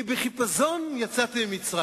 כי בחיפזון יצאתם ממצרים.